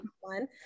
one